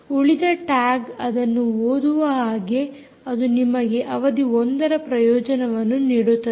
ಉಳಿದ ಟ್ಯಾಗ್ ಅದನ್ನು ಓದುವ ಹಾಗೆ ಅದು ನಿಮಗೆ ಅವಧಿ 1 ರ ಪ್ರಯೋಜನವನ್ನು ನೀಡುತ್ತದೆ